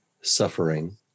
suffering